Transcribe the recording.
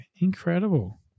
incredible